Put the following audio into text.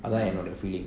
mm